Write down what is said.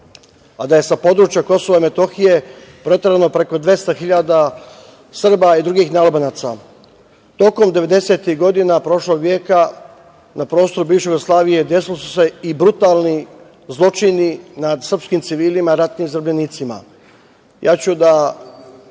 a da je sa područja Kosova i Metohije proterano preko 200.000 Srba i drugih nealbanaca. Tokom devedesetih godina prošlog veka na prostoru bivše Jugoslavije desili su se i brutalni zločini nad srpskim civilima, ratnim zarobljenicima.